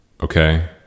okay